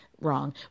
wrong